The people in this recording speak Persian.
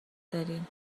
داریم